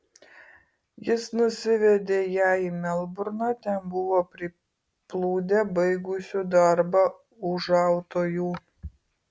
jis nusivedė ją į melburną ten buvo priplūdę baigusių darbą ūžautojų